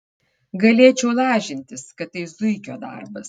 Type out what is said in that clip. galėčiau lažintis kad tai zuikio darbas